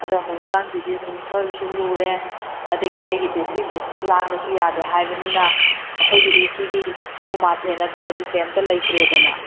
ꯑꯗꯣ ꯍꯧꯖꯤꯛ ꯀꯥꯟꯁꯤꯗꯤ ꯑꯗꯨꯝ ꯈꯔꯁꯨ ꯂꯨꯔꯦ ꯑꯗꯒꯤ ꯑꯩꯒꯤꯗꯤ ꯗꯤꯁꯇ꯭ꯔꯤꯛ ꯗꯤꯁꯇ꯭ꯔꯤꯛ ꯂꯥꯟꯕꯁꯨ ꯌꯥꯗꯦ ꯍꯥꯏꯕꯅꯤꯅ ꯑꯩꯈꯣꯏꯒꯤꯗꯤ ꯁꯤꯒꯤ ꯎꯃꯥꯊꯦꯟ ꯅꯠꯇ꯭ꯔꯗꯤ ꯀꯩꯝꯇ ꯂꯩꯇ꯭ꯔꯦꯗꯅ